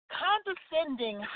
condescending